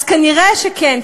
אז נראה שכן,